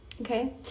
Okay